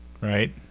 right